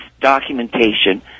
documentation